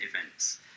events